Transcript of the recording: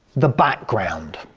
the background.